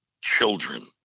children